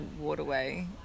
waterway